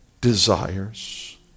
desires